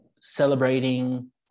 celebrating